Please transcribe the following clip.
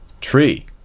Tree